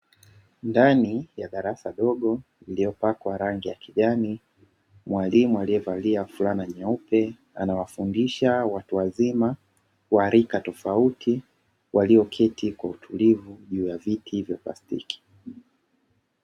Ndani ya darasa dogo iliyopakwa rangi ya kijani mwalimu aliyevalia fulana nyeupe anawafundisha watu wazima wa rika tofauti waliyoketi kwa utulivu juu ya viti vya plastiki.